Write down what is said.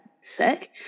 Sick